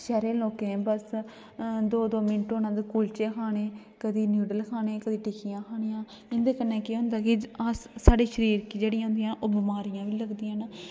शैह्रें दे लोकें बस दो दो मिंट होने ते कुलचे खाने कदें नूडल्स खानऽ ते कदें टिक्कियां खानियां इंदे कन्नै केह् होंदा की साढ़े शरीर गी जेह्ड़ियां ओह् बमारियां बी लगदियां न ते उंदे बिच